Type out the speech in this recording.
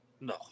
No